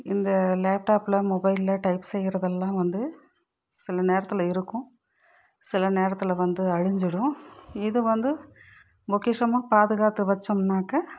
இந்த லேப்டாப்பில் மொபைலில் டைப் செய்கிறதலாம் வந்து சில நேரத்தில் இருக்கும் சில நேரத்தில் வந்து அழிஞ்சுடும் இது வந்து பொக்கிஷமாக பாதுகாத்து வைச்சோம்னாக்கா